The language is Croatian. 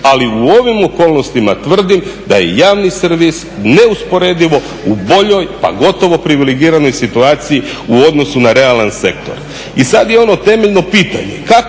ali u ovim okolnostima tvrdim da je javni servis neusporedivo u boljoj pa gotovo privilegiranoj situaciji u odnosu na realan sektor. I sad je ono temeljno pitanje